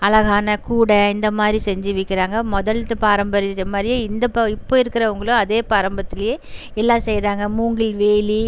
அழகான கூட இந்தமாதிரி செஞ்சு விற்கிறாங்க முதல்த்து பாரம்பரியம் மாதிரியே இந்த ப இப்போ இருக்கிறவங்களும் அதே பாரம்பரியத்துலே எல்லாம் செய்கிறாங்க மூங்கில் வேலி